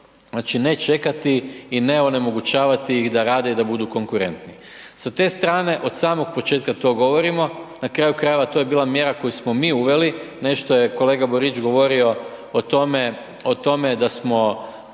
Znači, ne čekati i ne onemogućavati i da rade i da budu konkurentni. Sa te strane od samog početka to govorimo, na kraju krajeva to je bila mjera koju smo mi uveli, nešto je kolega Borić govorio o tome da smo